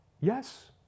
yes